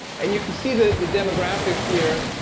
and you can see the the demographic here.